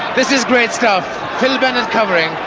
this is great stuff, phil bennett covering,